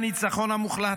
זה הניצחון המוחלט?